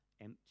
empty